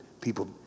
people